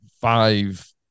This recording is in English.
five